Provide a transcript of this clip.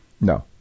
No